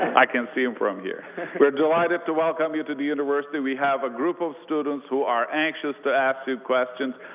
i can see him from here. we're delighted to welcome you to the university. we have a group of students who are anxious to ask you questions,